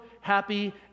happy